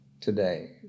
today